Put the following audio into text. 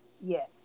yes